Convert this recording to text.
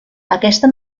aquesta